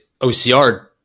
OCR